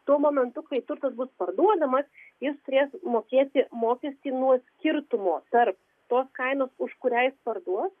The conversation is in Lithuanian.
tuo momentu kai turtas bus parduodamas jis turės mokėti mokestį nuo skirtumo tarp tos kainos už kurią jis parduos